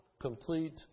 complete